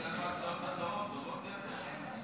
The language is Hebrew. יש לנו הצעות אחרות, טובות יותר.